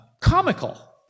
comical